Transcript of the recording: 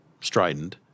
strident